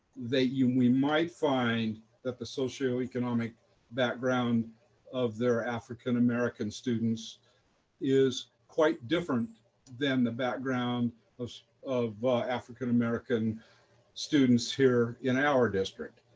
you know we might find that the socioeconomic background of their african-american students is quite different than the background of of african-american students here in our district.